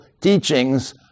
teachings